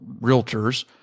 realtors